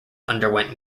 underwent